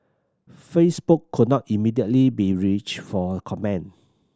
Facebook could not immediately be reached for comment